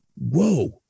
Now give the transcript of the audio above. whoa